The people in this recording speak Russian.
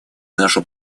нашу